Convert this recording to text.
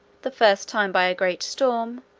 the first time by a great storm,